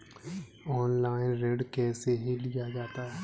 Online ऋण कैसे लिया जाता है?